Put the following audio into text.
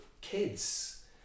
kids